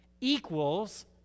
equals